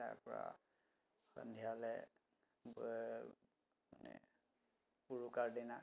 তাৰ পৰা সন্ধিয়ালৈ মানে উৰুকাৰ দিনা